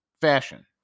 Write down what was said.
fashion